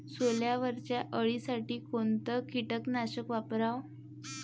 सोल्यावरच्या अळीसाठी कोनतं कीटकनाशक वापराव?